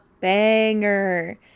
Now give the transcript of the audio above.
banger